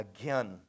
again